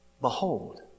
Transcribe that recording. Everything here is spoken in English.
Behold